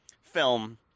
film